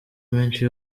menshi